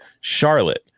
Charlotte